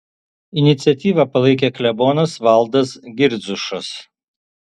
iniciatyvą palaikė klebonas valdas girdziušas